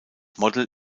model